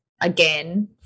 again